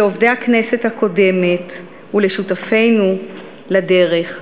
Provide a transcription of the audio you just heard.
לעובדי הכנסת הקודמת ולשותפינו לדרך,